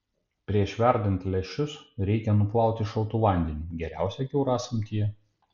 prieš verdant lęšius reikia nuplauti šaltu vandeniu geriausia kiaurasamtyje